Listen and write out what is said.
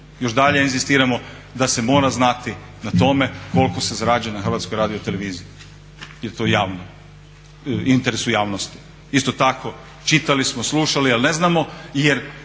još i dalje inzistiramo da se mora znati na tome koliko se zarađuje na HRT-u jer je to javno, u interesu javnosti. Isto tako čitali smo, slušali ali ne znamo jer